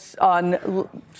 on